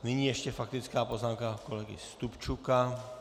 Nyní faktická poznámka kolegy Stupčuka.